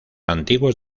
antiguos